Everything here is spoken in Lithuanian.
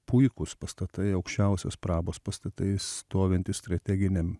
puikūs pastatai aukščiausios prabos pastatai stovintys strateginiam